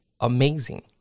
amazing